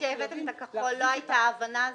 וכשהבאתם את הכחול לא הייתה ההבנה הזאת?